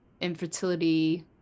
infertility